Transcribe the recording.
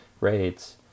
rates